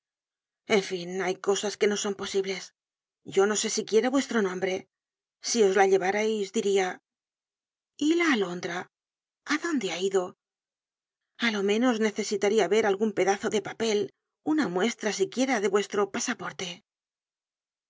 en fin hay cosas que no son posibles yo no sé siquiera vuestro nombre si os la llevárais diria y la alondra á dónde ha ido a lo menos necesitaria ver algun pedazo de papel una muestra siquiera de vuestro pasaporte